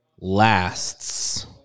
lasts